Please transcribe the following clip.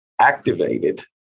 activated